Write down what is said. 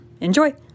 Enjoy